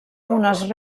unes